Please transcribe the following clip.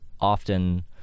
often